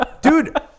Dude